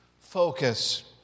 Focus